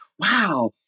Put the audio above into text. wow